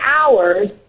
hours